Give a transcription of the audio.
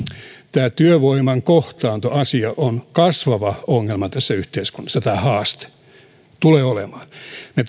tämä työvoiman kohtaantoasia on kasvava ongelma tämä haaste tässä yhteiskunnassa ja